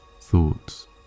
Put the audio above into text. thoughts